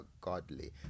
godly